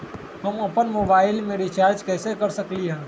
हम अपन मोबाइल में रिचार्ज कैसे कर सकली ह?